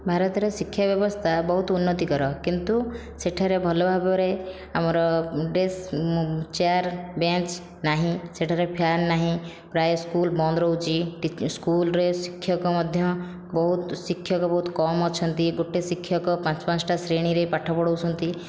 ଭାରତରେ ଶିକ୍ଷା ବ୍ୟବସ୍ଥା ବହୁତ ଉନ୍ନତିକର କିନ୍ତୁ ସେଠାରେ ଭଲ ଭାବରେ ଆମର ଡେସ୍କ ଚେୟାର ବେଞ୍ଚ ନାହିଁ ସେଠାରେ ଫ୍ୟାନ ନାହିଁ ପ୍ରାୟ ସ୍କୁଲ ବନ୍ଦ ରହୁଛି ସ୍କୁଲରେ ଶିକ୍ଷକ ମଧ୍ୟ ବହୁତ ଶିକ୍ଷକ ବହୁତ କମ ଅଛନ୍ତି ଗୋଟିଏ ଶିକ୍ଷକ ପାଞ୍ଚ ପାଞ୍ଚଟା ଶ୍ରେଣୀରେ ପାଠ ପଢ଼ାଉଛନ୍ତି